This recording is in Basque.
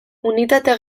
unitate